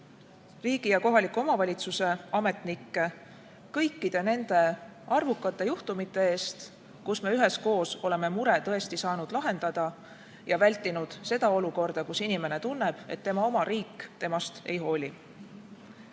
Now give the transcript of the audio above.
riigi- ja kohaliku omavalitsuse ametnikke, kõikide nende arvukate juhtumite eest, kus me üheskoos oleme mure tõesti saanud lahendada ja vältinud seda olukorda, kus inimene tunneb, et tema oma riik temast ei hooli.